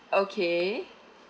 okay